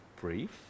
brief